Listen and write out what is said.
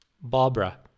Barbara